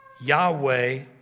Yahweh